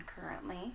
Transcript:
currently